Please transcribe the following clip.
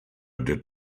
did